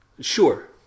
Sure